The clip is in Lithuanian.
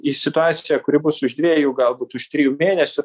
į situaciją kuri bus už dviejų galbūt už trijų mėnesių